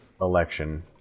election